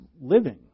living